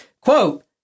quote